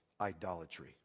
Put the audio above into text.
idolatry